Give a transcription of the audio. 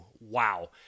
Wow